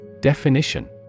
Definition